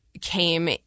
came